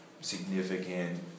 significant